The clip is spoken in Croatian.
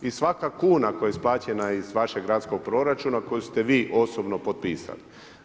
I svaka kuna koja je isplaćena iz vašeg gradskog proračuna koju ste vi osobno potpisali.